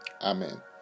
Amen